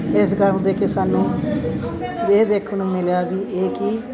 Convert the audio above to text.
ਇਸ ਕਾਰਣ ਦੇਖ ਕੇ ਸਾਨੂੰ ਇਹ ਦੇਖਣ ਨੂੰ ਮਿਲਿਆ ਵੀ ਇਹ ਕੀ